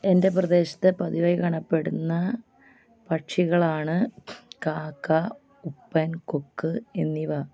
എൻ്റെ പ്രദേശത്ത് പതിവായി കാണപ്പെടുന്ന പക്ഷികളാണ് കാക്ക ഉപ്പൻ കൊക്ക് എന്നിവ